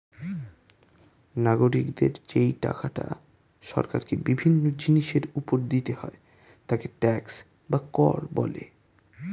নাগরিকদের যেই টাকাটা সরকারকে বিভিন্ন জিনিসের উপর দিতে হয় তাকে ট্যাক্স বা কর বলে